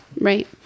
Right